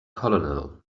colonel